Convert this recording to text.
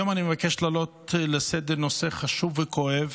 היום אני מבקש להעלות לסדר-היום נושא חשוב וכואב,